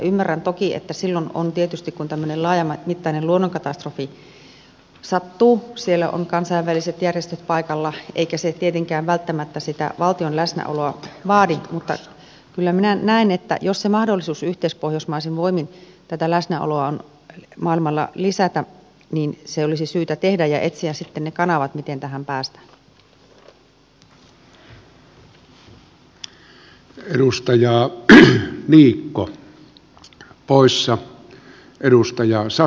ymmärrän toki että silloin tietysti kun tämmöinen laajamittainen luonnonkatastrofi sattuu siellä on kansainväliset järjestöt paikalla eikä se tietenkään välttämättä sitä valtion läsnäoloa vaadi mutta kyllä minä näen että jos se mahdollisuus yhteispohjoismaisin voimin tätä läsnäoloa on maailmalla lisätä se olisi syytä tehdä ja etsiä sitten ne kanavat miten tähän päästään